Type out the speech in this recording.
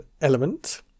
Element